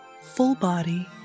full-body